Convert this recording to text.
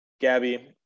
Gabby